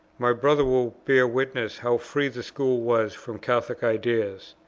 my brother will bear witness how free the school was from catholic ideas.